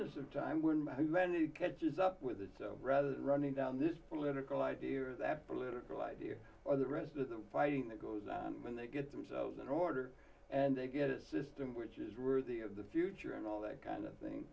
by when it catches up with it so rather than running down this political idea or that political idea or the rest of the fighting that goes on when they get themselves in order and they get a system which is worthy of the future and all that kind of thing